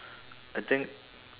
I think